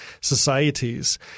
societies